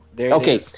Okay